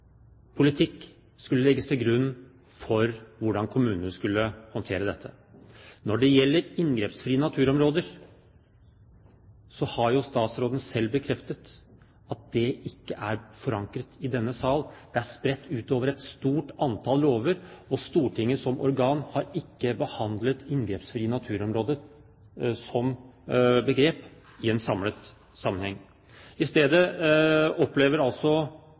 hvordan kommunene skulle håndtere dette. Når det gjelder inngrepsfrie naturområder, har statsråden selv bekreftet at det ikke er forankret i denne sal, det er spredt utover et stort antall lover, og Stortinget som organ har ikke behandlet inngrepsfrie naturområder som begrep i en samlet sammenheng. I stedet opplever altså